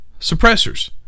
suppressors